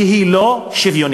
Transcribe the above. שהיא לא שוויונית.